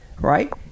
right